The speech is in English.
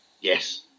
Yes